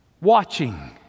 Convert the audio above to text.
Watching